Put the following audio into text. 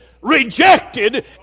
rejected